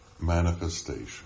manifestation